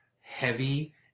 heavy